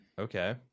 Okay